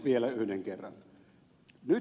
vielä yhden kerran